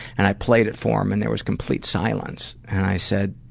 and i played it for him, and there was complete silence. and i said,